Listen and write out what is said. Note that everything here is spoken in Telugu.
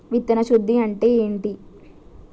విత్తన శుద్ధి అంటే ఏంటి?